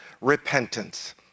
repentance